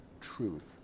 truth